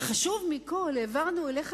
וחשוב מכול, העברנו אליך